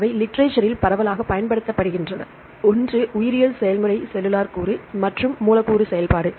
அவை லிட்ரேசரில் பரவலாகப் பயன்படுத்தப்படுகின்றன ஒன்று உயிரியல் செயல்முறை செல்லுலார் கூறு மற்றும் மூலக்கூறு செயல்பாடு